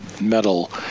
metal